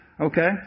Okay